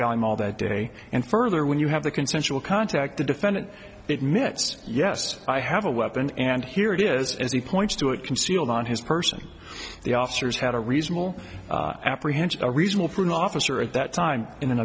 mall that day and further when you have the consensual contact the defendant admits yes i have a weapon and here it is as he points to it concealed on his person the officers had a reasonable apprehension a reasonable for an officer at that time in an